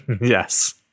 Yes